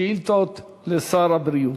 שאילתות לשר הבריאות.